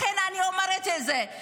לכן אני אומרת את זה.